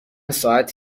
ساعت